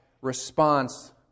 response